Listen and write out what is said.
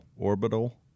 Orbital